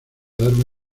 darme